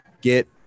get